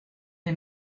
est